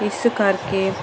ਇਸ ਕਰਕੇ